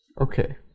Okay